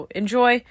enjoy